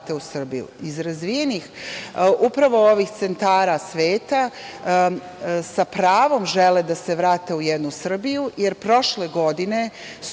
iz razvijenih centara sveta, sa pravom žele da se vrate u jednu Srbiju, jer prošle godine